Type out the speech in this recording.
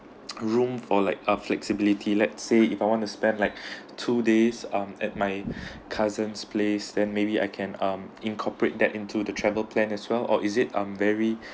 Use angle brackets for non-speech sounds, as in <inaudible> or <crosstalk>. <noise> room for like our flexibility let's say if I want to spend like <breath> two days um at my cousin's place then maybe I can um incorporate that into the travel plan as well or is it um very